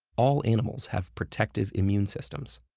all animals have protective immune systems.